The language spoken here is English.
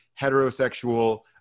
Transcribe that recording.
heterosexual